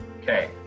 Okay